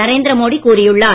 நரேந்திர மோடி கூறியுள்ளார்